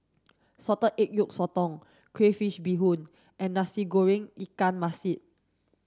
salted egg yolk Sotong crayfish Beehoon and Nasi Goreng Ikan Masin